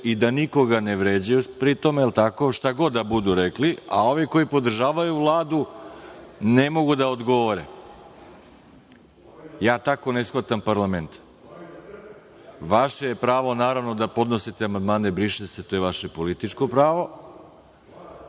i da nikoga ne vređaju pritom, jel tako, šta god da budu rekli, a ovi koji podržavaju Vladu ne mogu da odgovore. Ja tako ne shvatam parlament. Vaše je pravo, naravno, da podnosite amandmane „briše se“, to je vaše političko pravo,